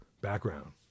background